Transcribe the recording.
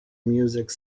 music